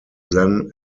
then